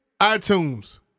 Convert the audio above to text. iTunes